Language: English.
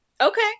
Okay